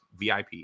VIP